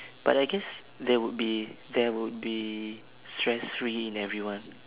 but I guess there would be there would be stress free in everyone